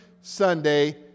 Sunday